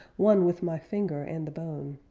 one with my finger and the bone